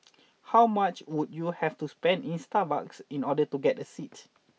how much would you have to spend in Starbucks in order to get a seat